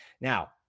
Now